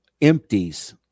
empties